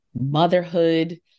motherhood